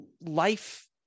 life